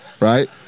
Right